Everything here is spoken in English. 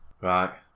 right